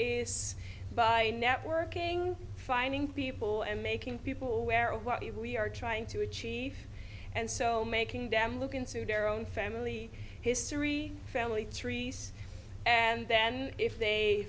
is by networking finding people and making people aware of what the we are trying to achieve and so making them look into their own family history family trees and then if they